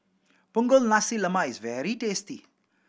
Punggol Nasi Lemak is very tasty